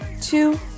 two